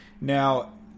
Now